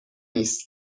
نیست